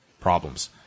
problems